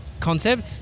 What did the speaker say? Concept